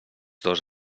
dos